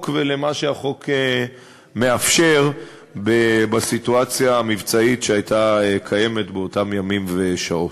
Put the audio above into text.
ולמה שהחוק מאפשר בסיטואציה המבצעית שהייתה קיימת באותם ימים ושעות.